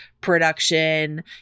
production